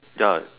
ya